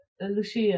Lucia